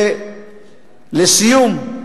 לסיום,